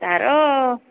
ତାର